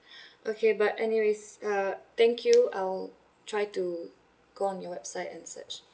okay but anyways uh thank you I'll try to go on your website and search